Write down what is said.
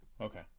Okay